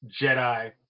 Jedi